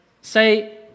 say